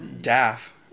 Daff